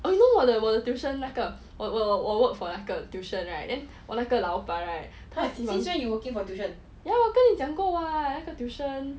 oh you know about the level tuition 那个我我我我 work for 那个 tuition right then 我那个老板 right ya 我跟你讲过 [what] 那个 got tuition